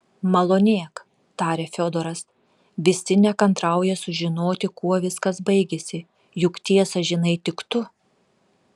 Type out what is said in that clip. malonėk tarė fiodoras visi nekantrauja sužinoti kuo viskas baigėsi juk tiesą žinai tik tu